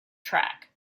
track